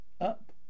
up